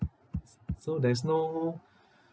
s~ so there's no